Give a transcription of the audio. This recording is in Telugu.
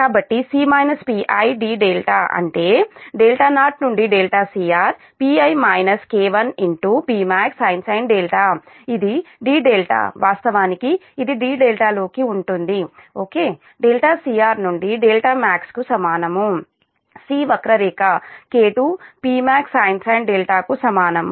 కాబట్టి dδ అంటే 0నుండిcr Pi - K1 Pmaxsin ఇది dδ వాస్తవానికి ఇది dδ లోకి ఉంటుంది ఓకే cr నుండి max కు సమానం C వక్రరేఖ K2Pmaxsin కు సమానం